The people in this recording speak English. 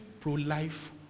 pro-life